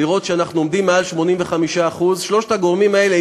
לראות שאנחנו עומדים מעל 85%. שלושת הגורמים האלה,